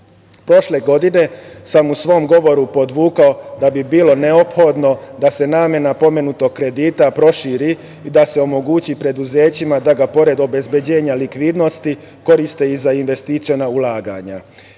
godine sam u svom govoru podvukao da bi bilo neophodno da se namena pomenutog kredita proširi i da se omogući preduzećima da ga pored obezbeđenja likvidnosti koriste i za investiciona ulaganja.